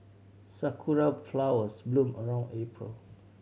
sakura flowers bloom around April